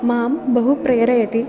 मां बहु प्रेरयति